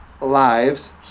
lives